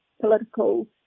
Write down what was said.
political